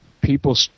people